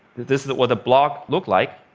this is what the blog looked like.